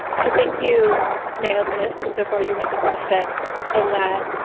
i think you nailed this before you read the question in that.